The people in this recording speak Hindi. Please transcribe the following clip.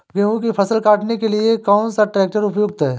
गेहूँ की फसल काटने के लिए कौन सा ट्रैक्टर उपयुक्त है?